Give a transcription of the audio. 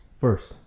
First